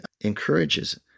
encourages